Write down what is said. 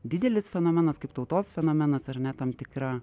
didelis fenomenas kaip tautos fenomenas ar ne tam tikra